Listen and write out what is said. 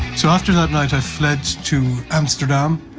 so after that night i fled to amsterdam.